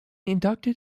inducted